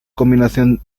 combinación